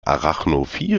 arachnophobie